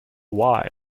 why